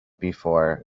before